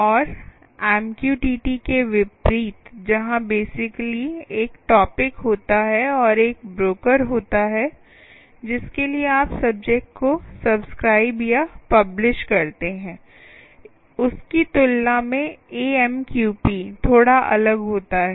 और एमक्यूटीटी के विपरीत जहां बसीकली एक टॉपिक होता है और एक ब्रोकर होता है जिसके लिए आप सब्जेक्ट को सब्सक्राइब या पब्लिश करते हैं उसकी तुलना में एएमक्यूपी थोड़ा अलग होता है